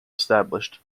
established